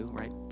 right